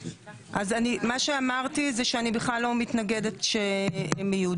מה שאמרתי זה שאני בכלל לא מתנגדת שהם יהיו.